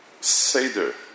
Seder